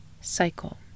cycle